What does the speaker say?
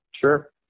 Sure